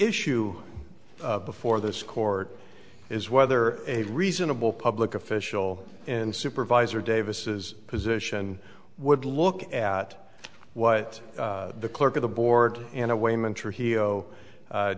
issue before this court is whether a reasonable public official and supervisor davis position would look at what the clerk of the board in a way